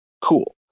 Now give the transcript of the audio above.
Cool